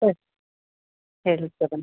ಸರಿ